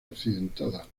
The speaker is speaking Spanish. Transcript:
accidentada